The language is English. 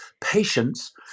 Patience